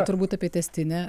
turbūt apie tęstinę